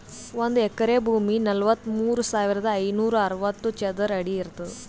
ಒಂದ್ ಎಕರಿ ಭೂಮಿ ನಲವತ್ಮೂರು ಸಾವಿರದ ಐನೂರ ಅರವತ್ತು ಚದರ ಅಡಿ ಇರ್ತದ